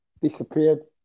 disappeared